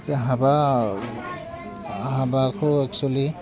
जे हाबा हाबाखौ एकसुलि